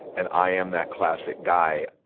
and i am that classic guy,